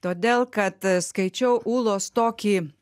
todėl kad skaičiau ūlos tokį